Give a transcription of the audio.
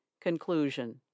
Conclusion